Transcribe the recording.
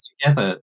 together